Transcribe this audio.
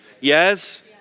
Yes